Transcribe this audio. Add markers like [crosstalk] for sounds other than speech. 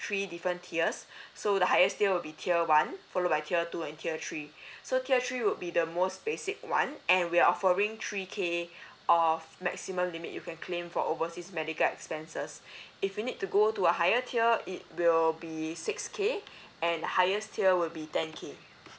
three different tiers [breath] so the highest tier will be tier one follow by tier two and tier three [breath] so tier three would be the most basic one and we're offering three K [breath] of maximum limit you can claim for overseas medical expenses [breath] if you need to go to a higher tier it will be six K [breath] and the highest tier will be ten K